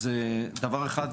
אז באמת,